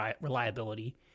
reliability